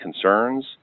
concerns